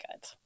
good